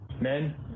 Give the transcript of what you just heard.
Men